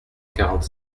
quarante